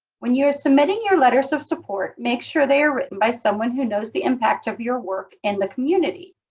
when you are submitting your letters of support, make sure they are written by someone who knows the impact of your work in the community.